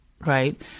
Right